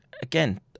again